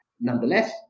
Nonetheless